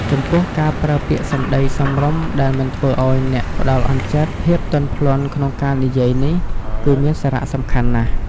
ចំំពោះការប្រើប្រាស់ពាក្យសម្តីសមរម្យដែលមិនធ្វើឲ្យអ្នកផ្តល់អន់ចិត្ត ភាពទន់ភ្លន់ក្នុងការនិយាយនេះ គឺមានសារៈសំខាន់ណាស់។